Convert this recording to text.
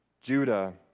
Judah